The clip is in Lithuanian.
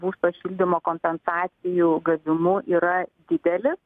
būsto šildymo kompensacijų gavimu yra didelis